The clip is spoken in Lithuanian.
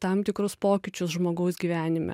tam tikrus pokyčius žmogaus gyvenime